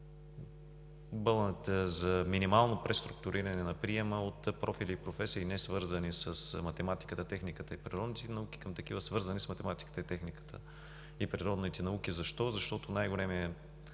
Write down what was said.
за минимално преструктуриране на приема от профили и професии, несвързани с математиката, техниката и природните науки, към такива, свързани с математиката, техниката и природните науки. Защо? Защото най-големият